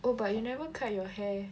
oh but you never cut your hair